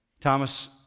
Thomas